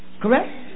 Correct